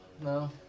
no